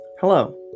Hello